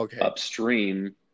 upstream